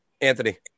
Anthony